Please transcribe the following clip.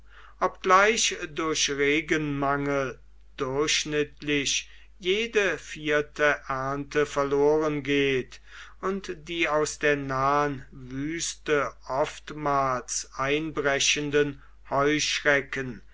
obgleich durch regenmangel durchschnittlich jede vierte ernte verlorengeht und die aus der nahen wüste oftmals einbrechenden heuschrecken